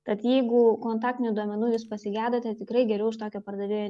tad jeigu kontaktinių duomenų jūs pasigedote tikrai geriau iš tokio pardavėjo